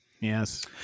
Yes